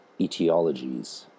etiologies